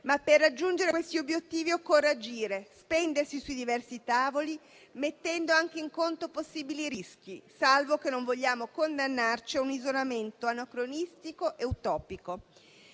per raggiungere questi obiettivi occorre agire e spendersi sui diversi tavoli, mettendo anche in conto possibili rischi, salvo che non vogliamo condannarci a un isolamento anacronistico e utopico.